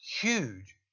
huge